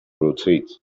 rotate